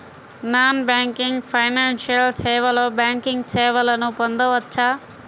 Non banking financial సేవలో banking సేవలను పొందవచ్చా?